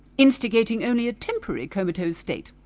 instigating only a temporary comatose state,